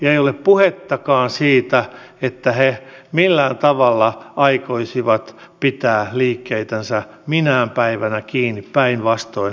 ei ole puhettakaan siitä että he millään tavalla aikoisivat pitää liikkeitänsä minään päivänä kiinni päinvastoin